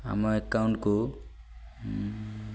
ଆମ ଆକାଉଣ୍ଟ୍କୁ